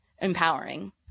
empowering